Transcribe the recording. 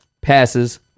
passes